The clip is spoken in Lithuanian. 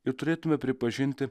ir turėtumėme pripažinti